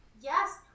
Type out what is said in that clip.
Yes